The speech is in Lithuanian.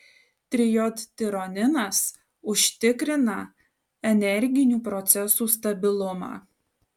trijodtironinas užtikrina energinių procesų stabilumą